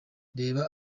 reba